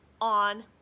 on